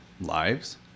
lives